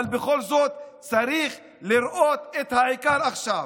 אבל בכל זאת צריך לראות את העיקר עכשיו.